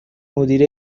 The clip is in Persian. مدیره